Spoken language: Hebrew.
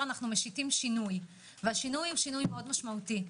אנחנו משיתים שינוי שהוא מאוד משמעותי.